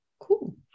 Cool